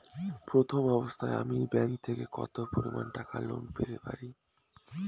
প্রথম অবস্থায় আমি ব্যাংক থেকে কত পরিমান টাকা লোন পেতে পারি?